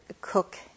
cook